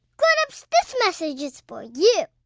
grown-ups, this message is for you